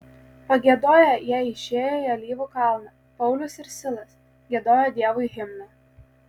pagiedoję jie išėjo į alyvų kalną paulius ir silas giedojo dievui himną